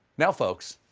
now, folks,